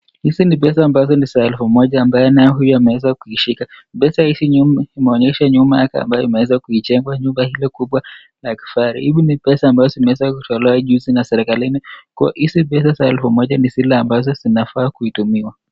Hizi ni noti za elfu moja ambazo zimeshikwa. Pesa hizi zinonyesha upande wa nyuma ambapo zimechorwa jumba kubwa la kifahari . Hizi ni pesa ambazo zimetolewa hivi majuzi na serikali ,noti hizo ndizo zinafaa kutumiwa.